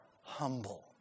humble